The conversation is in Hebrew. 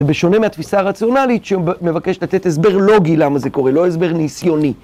ובשונה מהתפיסה הרציונלית שמבקשת לתת הסבר לוגי למה זה קורה, לא הסבר ניסיוני.